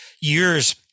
years